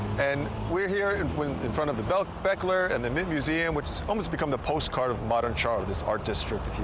and we're here if we in front of the bechtler bechtler and the mint museum, which um has become the postcard of modern charlotte, this art district, if